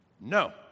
no